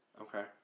Okay